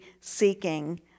seeking